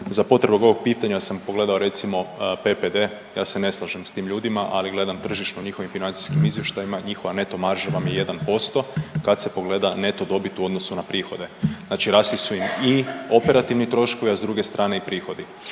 za potrebe ovog pitanja sam pogledao recimo PPD, ja se ne slažem s tim ljudima, ali gledam tržišno u njihovim financijskim izvještajima njihova neto marža vam je 1% kad se pogleda neto dobit u odnosu na prihode. Znači rasli su im i operativni troškovi, a s druge strane i prihodi.